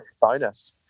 bonus